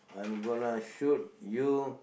I'm gonna shoot you